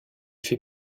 fait